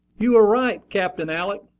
you are right, captain alick,